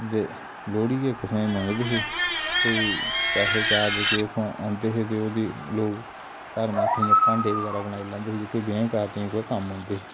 ते लोह्ड़ी गै इक किस्मा दी मंगदे हे कोई पैहे चार जेह्के उत्थूं दा औंदे हे ते ओह्दी लोक धर्मार्थें भांडे बगैरा बनाई लैंदे हे जेह्के ब्याएं कारजें च कुतै कम्म औंदे हे